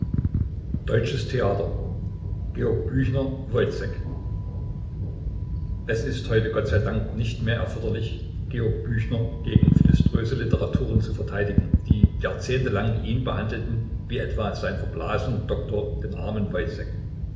deutsches theater georg büchner woyzek es ist heute gott sei dank nicht mehr erforderlich georg büchner gegen philiströse literaturen zu verteidigen die jahrzehntelang ihn behandelten wie etwa sein verblasener doktor den armen woyzek